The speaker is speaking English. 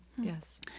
Yes